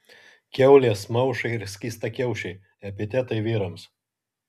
kiaulės maušai ir skystakiaušiai epitetai vyrams